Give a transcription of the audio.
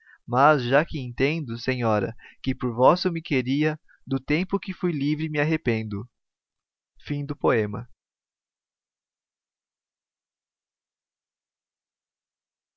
mas já que entendo senhora que por vosso me queria do tempo que fui livre me arrependo o